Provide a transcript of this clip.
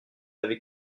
avait